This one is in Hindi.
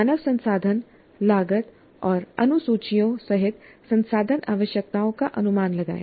मानव संसाधन लागत और अनुसूचियों सहित संसाधन आवश्यकताओं का अनुमान लगाएं